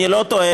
אני לא טועה,